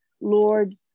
lord